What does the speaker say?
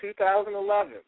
2011